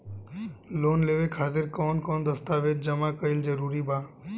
Loan लेवे खातिर कवन कवन दस्तावेज जमा कइल जरूरी बा?